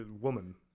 woman